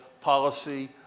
policy